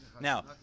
Now